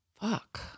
fuck